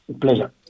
Pleasure